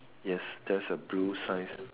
yes that's a blue science